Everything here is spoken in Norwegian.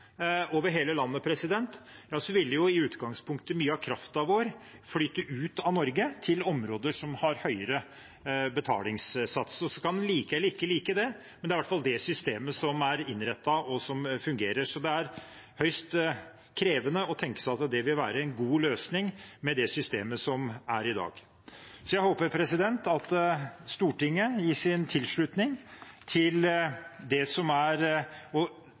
over hele landet, ville i utgangspunktet mye av kraften vår flyte ut av Norge til områder som har høyere betalingssats. En kan like eller ikke like det, men det er i hvert fall det systemet som er innrettet, og som fungerer. Det er høyst krevende å tenke seg at det vil være en god løsning med det systemet som er i dag. Jeg håper at Stortinget gir sin tilslutning til å forsterke den strømstøtteordningen som